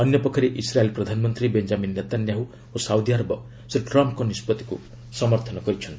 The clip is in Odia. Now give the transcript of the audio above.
ଅନ୍ୟପକ୍ଷରେ ଇସ୍ରାଏଲ୍ ପ୍ରଧାନମନ୍ତ୍ରୀ ବେଞ୍ଜାମିନ୍ ନେତାନ୍ୟାହୁ ଓ ସାଉଦି ଆରବ ଶ୍ରୀ ଟ୍ରମ୍ଫ୍ଙ୍କ ନିଷ୍କଉିକୁ ସମର୍ଥନ କରିଛନ୍ତି